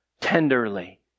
tenderly